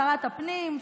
שרת הפנים,